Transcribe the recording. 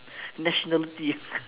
nationality